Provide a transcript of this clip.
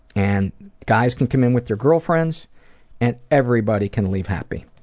and guys can come in with their girlfriends and everybody can leave happy.